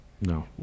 no